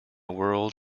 world